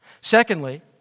Secondly